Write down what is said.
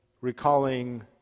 recalling